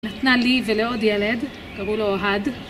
נתנה לי ולעוד ילד, קראו לו אוהד